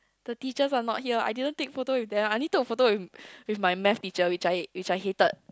the teachers are not here I didn't take photo with them I only took a photo with with my math teacher which I which I hated